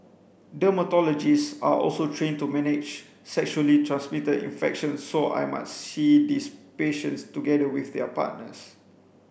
dermatologists are also trained to manage sexually transmitted infections so I might see these patients together with their partners